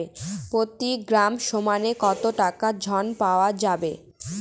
প্রতি গ্রাম সোনাতে কত টাকা ঋণ পাওয়া যাবে?